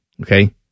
okay